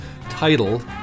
title